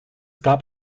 gab